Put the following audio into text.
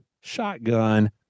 Shotgun